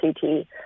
CT